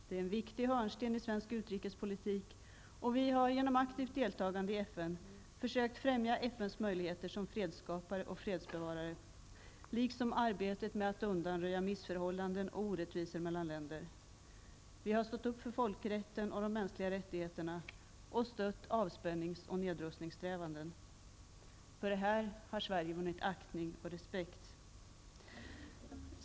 Det är en viktig hörnsten i svensk utrikespolitik, och vi har genom aktivt deltagande i FN försökt främja FNs möjligheter som fredskapare och fredsbevarare, liksom arbetet med att undanröja missförhållanden och orättvisor mellan länder. Vi har stått upp för folkrätten och de mänskliga rättigheterna och stött avspännings och nedrustningssträvanden. För det har Sverige vunnit aktning och respekt.